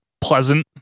pleasant